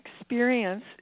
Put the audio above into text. experience